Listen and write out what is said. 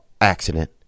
accident